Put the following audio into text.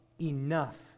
enough